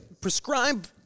prescribe